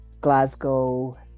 Glasgow